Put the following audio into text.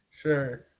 Sure